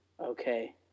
Okay